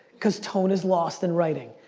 cause tone is lost in writing.